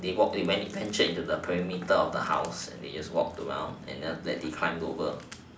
they walked they ventured into the perimeter of the house and they just walked around and then after that they climbed over